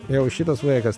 jau šitas vaikas